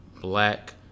black